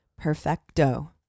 Perfecto